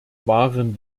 waren